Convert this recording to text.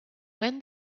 when